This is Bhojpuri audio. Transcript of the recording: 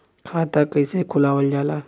खाता कइसे खुलावल जाला?